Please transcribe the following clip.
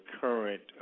current